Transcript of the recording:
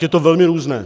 Je to velmi různé.